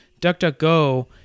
DuckDuckGo